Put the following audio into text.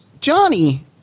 Johnny